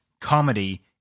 comedy